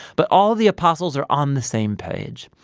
but all the apostles are on the same page.